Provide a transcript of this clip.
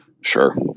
sure